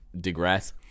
digress